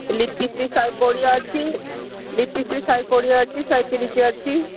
lipstick ଶହେ କୋଡ଼ିଏ ଅଛି ଲିପ୍ଷ୍ଟିକ୍ ଶହେକୋଡ଼ିଏ ଅଛି ଶହେ ତିରିଶି ଅଛି